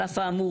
על אף האמור,